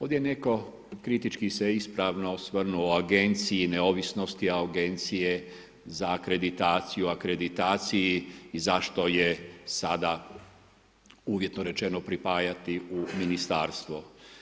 Ovdje netko kritički se ispravno osvrnuo o agenciji, neovisnosti agencije za akreditaciju, akreditaciji i zašto je sada uvjetno rečeno pripajati u ministarstvo.